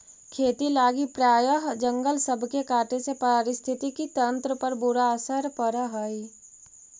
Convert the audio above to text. खेती लागी प्रायह जंगल सब के काटे से पारिस्थितिकी तंत्र पर बुरा असर पड़ हई